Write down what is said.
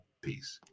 peace